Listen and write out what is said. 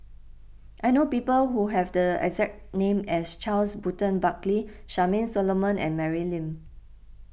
I know people who have the exact name as Charles Burton Buckley Charmaine Solomon and Mary Lim